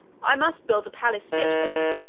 i must build a palace fit for her,